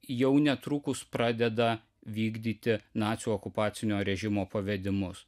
jau netrukus pradeda vykdyti nacių okupacinio režimo pavedimus